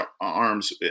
arms